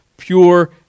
pure